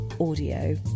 audio